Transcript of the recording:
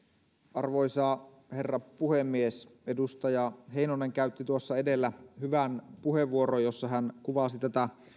arvoisa puhemies edustaja heinonen käytti tuossa edellä hyvän puheenvuoron jossa hän kuvasi tätä